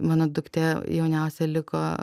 mano duktė jauniausia liko